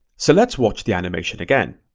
so let's watch the animation again.